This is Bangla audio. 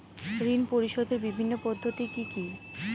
ঋণ পরিশোধের বিভিন্ন পদ্ধতি কি কি?